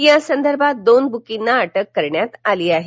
या संदर्भात दोन बुकींना अटक करण्यात आली आहे